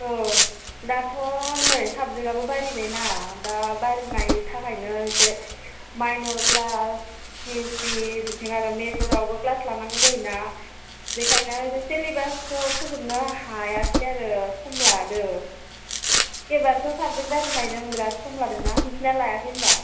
औ दाथ' नै साबजेक्टाबो बारायबायना दा बारायनाय थाखायनो एसे माइनर ख्लास फिजिक्स बिथिं आरो मेजरआवबो ख्लास लानांगौ जायोना बेखायनो सिलेबासखौ फोजोबनो हायाखै आरो सम लादों एबारथ' साबजेक्ट बारायनायजों बिराद सम लादोंना नोंसोरना लायाखै होनबा